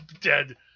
dead